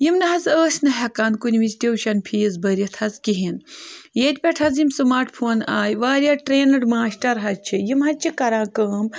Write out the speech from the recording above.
یِم نہٕ حظ ٲسۍ نہٕ ہٮ۪کان کُنہِ وِزِ ٹیوٗشَن فیٖس بٔرِتھ حظ کِہیٖنۍ ییٚتہِ پٮ۪ٹھ حظ یِم سُماٹ فون آیہِ واریاہ ٹرٛینٕڈ ماشٹَر حظ چھِ یِم حظ چھِ کَران کٲم